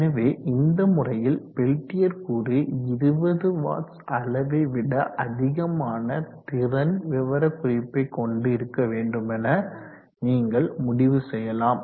எனவே இந்த முறையில் பெல்டியர் கூறு 20 வாட்ஸ் அளவை விட அதிகமான திறன் விவரக்குறிப்பை கொண்டு இருக்க வேண்டுமென நீங்கள் முடிவு செய்யலாம்